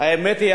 האמת היא,